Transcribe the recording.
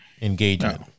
engagement